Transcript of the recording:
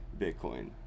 Bitcoin